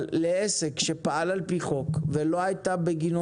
אבל לעסק שפעל על-פי חוק ולא היתה בגינו